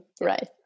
Right